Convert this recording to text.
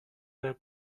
their